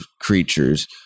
creatures